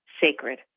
sacred